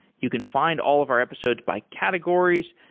you can find all of our episodes by categories.